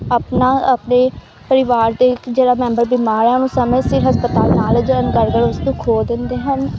ਆਪਣਾ ਆਪਣੇ ਪਰਿਵਾਰ ਦੇ ਜਿਹੜਾ ਮੈਂਬਰ ਬਿਮਾਰ ਹੈ ਉਹਨੂੰ ਸਮੇਂ ਸਿਰ ਹਸਪਤਾਲ ਨਾ ਲਿਜਾਣ ਖੋ ਦਿੰਦੇ ਹਨ